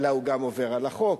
אלא הוא גם עובר על החוק.